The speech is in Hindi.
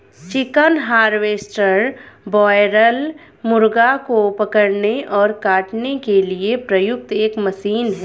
चिकन हार्वेस्टर बॉयरल मुर्गों को पकड़ने और काटने के लिए प्रयुक्त एक मशीन है